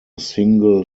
single